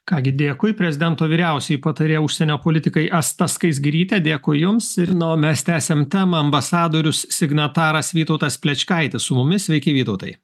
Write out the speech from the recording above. ką gi dėkui prezidento vyriausioji patarėja užsienio politikai asta skaisgirytė dėkui jums ir na o mes tęsiam temą ambasadorius signataras vytautas plečkaitis su mumis veiki vytautai